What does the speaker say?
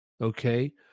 okay